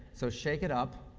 so shake it up.